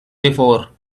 before